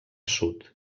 sud